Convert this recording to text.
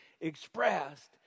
expressed